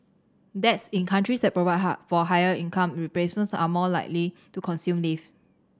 dads in countries that provide high for higher income replacement are more likely to consume leave